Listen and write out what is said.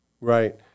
Right